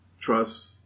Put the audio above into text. trust